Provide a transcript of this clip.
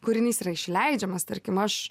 kūrinys yra išleidžiamas tarkim aš